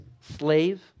slave